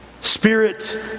Spirit